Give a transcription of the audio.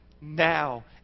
Now